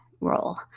role